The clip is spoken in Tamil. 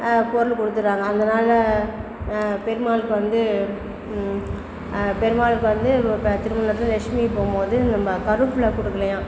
பொருள் கொடுத்துட்றாங்க அதனால் பெருமாளுக்கு வந்து பெருமாளுக்கு வந்து திருமணத்தில் லஷ்மி போகும்போது நம்ம கருவேப்பிலை கொடுக்கலையாம்